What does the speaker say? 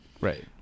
right